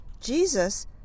Jesus